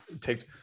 take